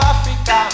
Africa